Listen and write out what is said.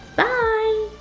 bye